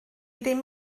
ddim